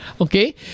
okay